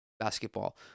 Basketball